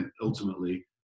ultimately